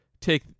take